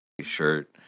shirt